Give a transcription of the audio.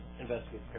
investigate